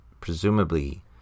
presumably